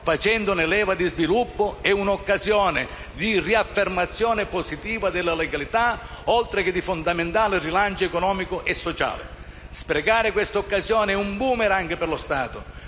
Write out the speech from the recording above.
facendone leva di sviluppo, è un'occasione di riaffermazione positiva della legalità, oltre che di fondamentale rilancio economico e sociale. Sprecare questa occasione è un *boomerang* per lo Stato.